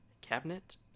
Cabinet